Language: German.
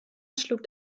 schluckt